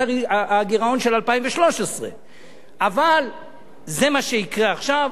הגירעון של 2013. אבל זה מה שיקרה עכשיו,